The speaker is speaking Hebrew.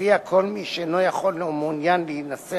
ולפיה כל מי שאינו יכול או מעוניין להינשא